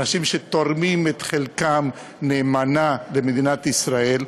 אנשים שתורמים את חלקם נאמנה למדינת ישראל.